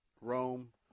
Rome